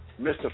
Mr